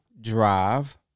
drive